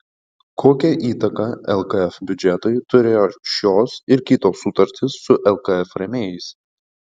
kokią įtaką lkf biudžetui turėjo šios ir kitos sutartys su lkf rėmėjais